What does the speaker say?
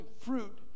fruit